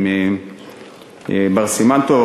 עם בר סימן-טוב,